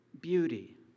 beauty